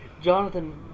Jonathan